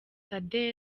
amb